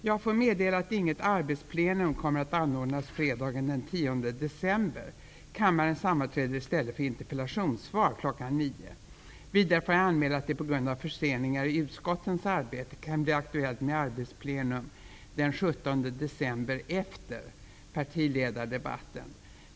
Jag får meddela att inget arbetsplenum kommer att anordnas fredagen den 19 december. Kammaren sammanträder i stället för interpellationssvar kl. Vidare får jag anmäla att det på grund av förseningar i utskottens arbete kan bli aktuellt med arbetsplenum den 17 december efter partiledardebatten.